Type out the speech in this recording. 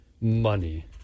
money